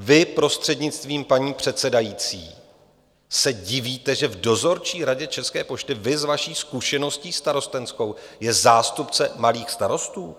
Vy, prostřednictvím paní předsedající, se divíte, v Dozorčí radě České pošty, vy s vaší zkušeností starostenskou, je zástupce malých starostů?